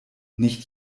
nicht